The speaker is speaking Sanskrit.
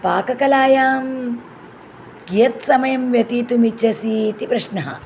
पाककलायां कीयत् समयं व्यतीतुम् इच्छसि इति प्रश्नः